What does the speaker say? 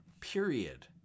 period